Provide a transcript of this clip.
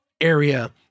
area